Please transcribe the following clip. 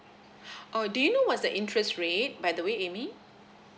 oh do you know what's the interest rate by the way amy